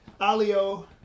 Alio